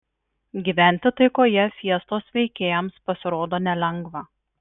gyventi taikoje fiestos veikėjams pasirodo nelengva